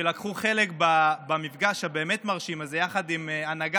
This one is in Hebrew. שלקחו חלק במפגש הבאמת-מרשים הזה עם הנהגת